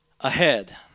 ahead